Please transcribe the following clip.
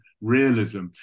realism